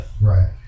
Right